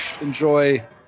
enjoy